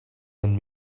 and